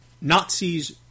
Nazis